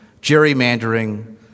gerrymandering